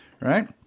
right